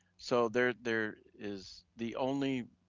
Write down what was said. so there there is the only,